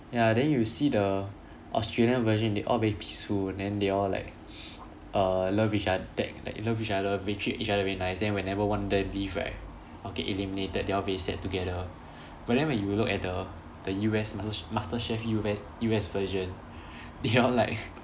ya then you see the australian version they all very peaceful then they all like uh love each oth~ like like love each other they treat each other very nice then whenever one of them leave right okay eliminated they all very sad together but then when you look at the the U_S master masterchef U_S U_S version they all like